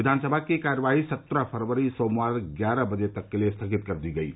विधानसभा की कार्यवाही सत्रह फरवरी सोमवार ग्यारह बजे तक के लिए स्थगित कर दी गयी